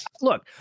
Look